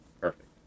Perfect